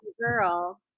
girl